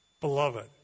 beloved